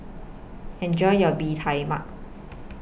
Enjoy your Bee Tai Mak